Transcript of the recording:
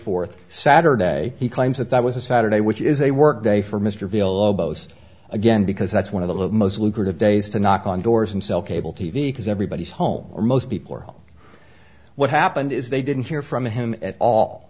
fourth saturday he claims that that was a saturday which is a work day for mr villalobos again because that's one of the most lucrative days to knock on doors and sell cable t v because everybody is home or most people what happened is they didn't hear from him at all